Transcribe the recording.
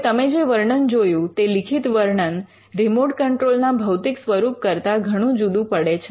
હવે તમે જે વર્ણન જોયું તે લિખિત વર્ણન રિમોટ કંટ્રોલ ના ભૌતિક સ્વરૂપ કરતા ઘણું જુદું પડે છે